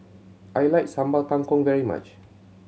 I like Sambal Kangkong very much